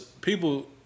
people